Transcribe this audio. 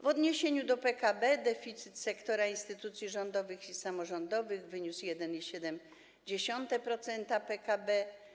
W odniesieniu do PKB deficyt sektora instytucji rządowych i samorządowych wyniósł 1,7% PKB.